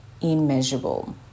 immeasurable